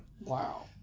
Wow